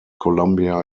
columbia